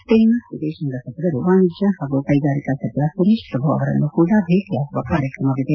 Denmark ವಿದೇಶಾಂಗ ಸಚಿವರು ವಾಣಿಜ್ಯ ಹಾಗೂ ಕೈಗಾರಿಕಾ ಸಚಿವ ಸುರೇಶ್ ಪ್ರಭು ಅವರನ್ನೂ ಕೂಡಾ ಭೇಟಿಯಾಗುವ ಕಾರ್ಯಕ್ರಮವಿದೆ